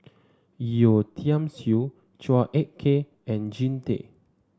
Yeo Tiam Siew Chua Ek Kay and Jean Tay